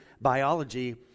biology